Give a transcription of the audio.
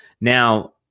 Now